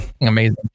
amazing